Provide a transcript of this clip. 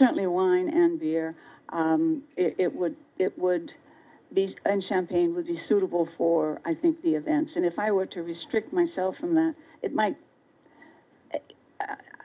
certainly wine and beer it would it would be and champagne would be suitable for i think the events and if i were to restrict myself from that it might